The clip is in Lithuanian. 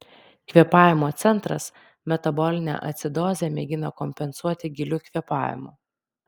kvėpavimo centras metabolinę acidozę mėgina kompensuoti giliu kvėpavimu